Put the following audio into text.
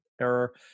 error